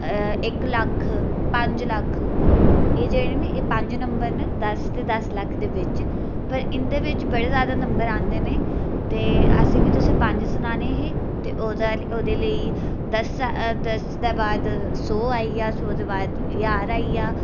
इक लक्ख पंज लक्ख एह् जेह्ड़े न एह् पंज नंबर न दस्स ते दस्स लक्ख दे बिच पर इं'दे बिच बड़े जैदा नंबर औंदे न ते असें गी तुसें पंज सनाने हे ते ओह्दा ओह्दे लेई दस्स दे बाद सौ आई गेआ सौ दे बाद ज्हार आई गेआ